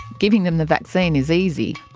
giving them the vaccine is easy.